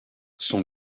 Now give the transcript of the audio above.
son